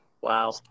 Wow